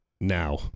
Now